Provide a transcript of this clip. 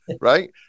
right